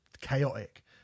chaotic